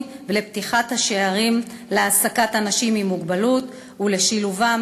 ולפתיחת השערים להעסקת אנשים עם מוגבלות ולשילובם